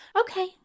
Okay